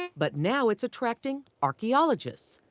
but now its attracting archeologists.